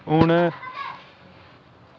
हून